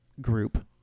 group